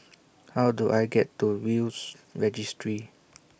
How Do I get to Will's Registry